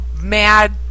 mad